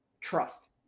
trust